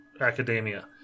academia